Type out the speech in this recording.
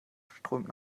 strömt